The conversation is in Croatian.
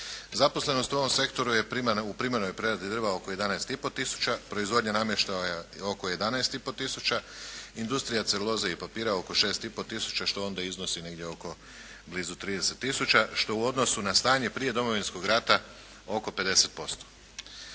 Zaposlenost u ovom sektoru je u primarnoj preradi drva oko 11,5 tisuća, proizvodnja namještaja oko 11,5 tisuća, industrija celuloze i papira oko 6,5 tisuća, što onda iznosi negdje oko blizu 30 tisuća, što je u odnosu na stanje prije Domovinskog rata oko 50%.